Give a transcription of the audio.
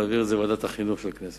להעביר את זה לוועדת החינוך של הכנסת.